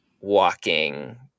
walking